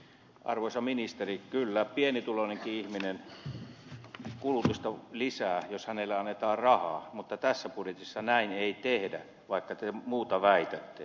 arvoisa ministeri kyllä pienituloinenkin ihminen kulutusta lisää jos hänelle annetaan rahaa mutta tässä budjetissa näin ei tehdä vaikka te muuta väitätte